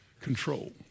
Control